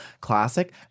classic